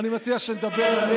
אני מציע שנדבר עליה,